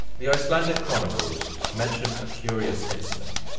the icelandic chronicles mention a curious incident.